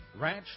Ranch